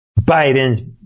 Biden